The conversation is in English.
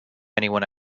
anyone